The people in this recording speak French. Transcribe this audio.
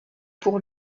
pour